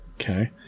okay